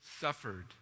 suffered